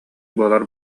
буолар